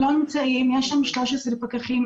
יש שם 13 פקחים,